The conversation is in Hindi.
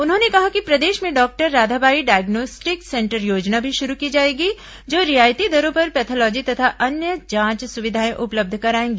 उन्होंने कहा कि प्रदेश में डॉक्टर राधाबाई डायग्नोस्टिक सेंटर योजना भी शुरू की जाएगी जो रियायती दरों पर पैथोलॉजी तथा अन्य जांच सुविधाएं उपलब्ध कराएगी